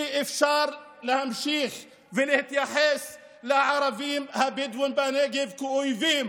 אי-אפשר להמשיך ולהתייחס לערבים הבדואים בנגב כאויבים.